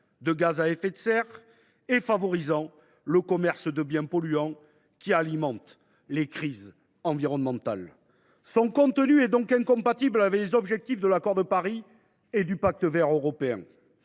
de gaz à effet de serre et favorise le commerce de biens polluants alimentant les crises environnementales. Son contenu est donc incompatible avec les objectifs de l’accord de Paris et du Pacte vert pour